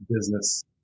business